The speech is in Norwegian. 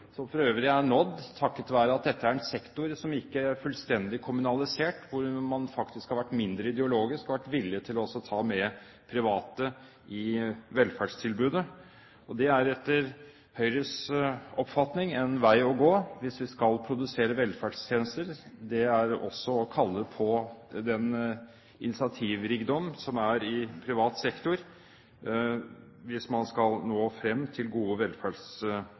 for øvrig er nådd takket være at dette er en sektor som ikke er fullstendig kommunalisert, hvor man faktisk har vært mindre ideologisk og har vært villig til å ta med private i velferdstilbudet. Og etter Høyres oppfatning er en vei å gå, hvis vi skal produsere velferdstjenester, også å kalle på den initiativrikdom som er i privat sektor, hvis man skal nå frem med gode